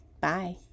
Bye